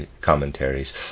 commentaries